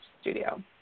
studio